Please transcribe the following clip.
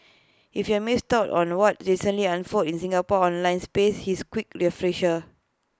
if you've missed out on what recently unfolded in the Singapore online space here's A quick refresher